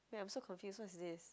wait I'm so confused what's this